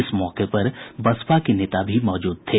इस मौके पर बसपा के नेता भी मौजूद थे